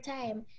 time